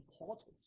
important